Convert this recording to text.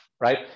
right